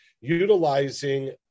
utilizing